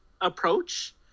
approach